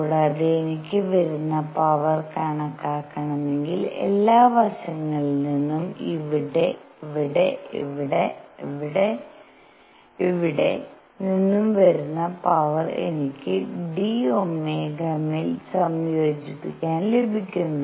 കൂടാതെ എനിക്ക് വരുന്ന പവർ കണക്കാക്കണമെങ്കിൽ എല്ലാ വശങ്ങളിൽ നിന്നും ഇവിടെ ഇവിടെ ഇവിടെ ഇവിടെ ഇവിടെ ഇവിടെ ഇവിടെ നിന്നും വരുന്ന പവർ എനിക്ക് d Ω മേൽ സംയോജിപ്പിക്കാൻ ലഭിക്കുന്നു